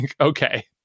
Okay